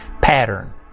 pattern